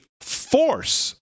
force